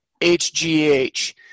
HGH